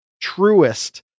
truest